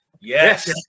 Yes